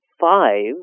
Five